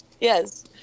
Yes